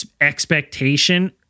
expectation